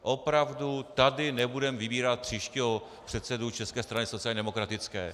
Opravdu tady nebudeme vybírat příštího předsedu České strany sociálně demokratické.